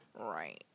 Right